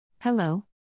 Hello